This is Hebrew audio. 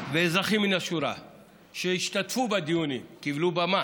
ואזרחים מן השורה שהשתתפו בדיונים וקיבלו במה,